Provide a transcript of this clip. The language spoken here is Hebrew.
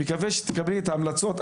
מקווה שתקבלי את ההמלצות.